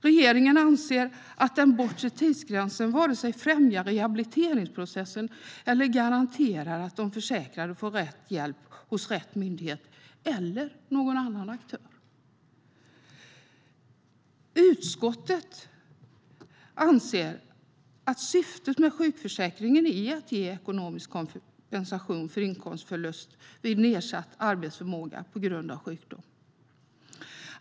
Regeringen anser att den bortre tidsgränsen varken främjar rehabiliteringsprocessen eller garanterar att de försäkrade får rätt hjälp hos rätt myndighet eller annan aktör. Utskottet anser att syftet med sjukförsäkringen är att ge ekonomisk kompensation för inkomstförlust vid nedsatt arbetsförmåga på grund av sjukdom.